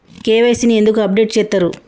KYC ని ఎందుకు update చేత్తరు?